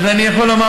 אז אני יכול לומר,